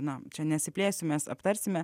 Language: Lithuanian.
na čia nesiplėsim mes aptarsime